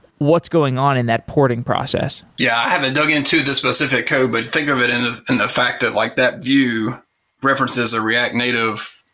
what's going on in that porting process? yeah, i haven't dug into the specific code, but think of it in ah and the fact that like that view references a react native,